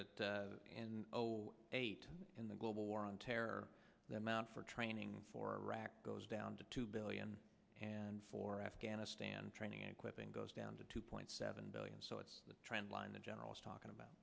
and oh eight in the global war on terror the amount for training for iraqi goes down to two billion and for afghanistan training equipping goes down to two point seven billion so it's the trend line the general is talking about